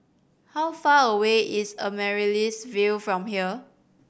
how far away is Amaryllis Ville from here